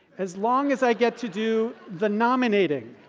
as long as i get to do the nominating.